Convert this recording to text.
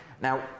Now